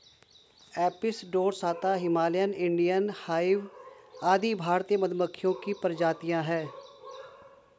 Apis dorsata, Himalayan, Indian hive आदि भारतीय मधुमक्खियों की प्रजातियां है